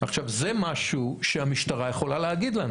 זה משהו שהמשטרה יכולה להגיד לנו.